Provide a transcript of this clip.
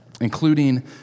including